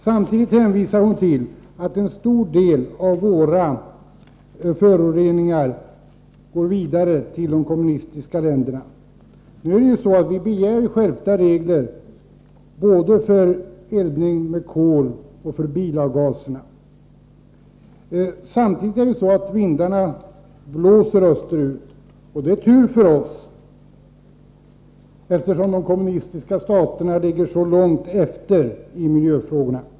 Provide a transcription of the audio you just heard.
Samtidigt hänvisade Grethe Lundblad till att en stor del av våra föroreningar sprids till de kommunistiska länderna. Vi begär nu skärpta regler både för eldning med kol och för bilavgaser. Samtidigt blåser vindarna österut, vilket är tur för oss, eftersom de kommunistiska staterna ligger så långt efter i miljöfrågorna.